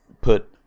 put